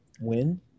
win